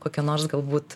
kokią nors galbūt